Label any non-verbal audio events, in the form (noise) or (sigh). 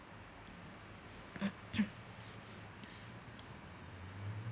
(coughs)